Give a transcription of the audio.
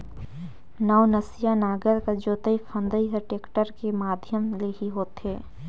नवनसिया नांगर कर जोतई फदई हर टेक्टर कर माध्यम ले ही होथे